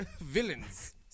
villains